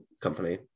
company